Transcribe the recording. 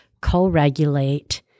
co-regulate